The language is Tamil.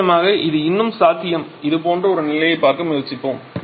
நிச்சயமாக அது இன்னும் சாத்தியம் இது போன்ற ஒரு நிலையைப் பார்க்க முயற்சிப்போம்